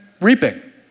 reaping